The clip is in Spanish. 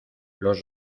los